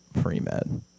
pre-med